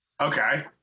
Okay